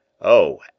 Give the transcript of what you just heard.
Oh